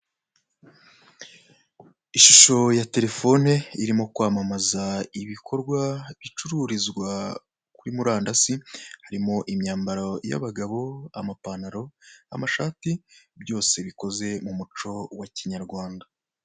Ishusho ya terefone irimo kwamamaza ibikorwa bicururizwa kuri murandasi harimo imyambaro y'abagabo, amapantaro, amashati byose bikozwe mu muco wa kinyarwanda.